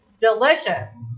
Delicious